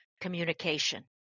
communication